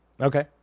Okay